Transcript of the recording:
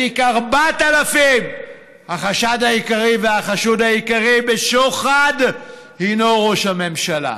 בתיק 4000. החשד העיקרי והחשוד העיקרי בשוחד הינו ראש הממשלה.